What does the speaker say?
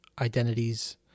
identities